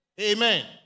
Amen